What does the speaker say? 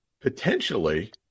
potentially